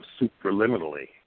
superliminally